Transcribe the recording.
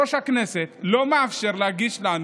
חבר הכנסת כסיף,